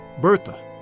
Bertha